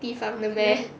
地方的 meh